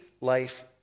life